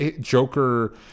Joker